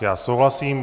Já souhlasím.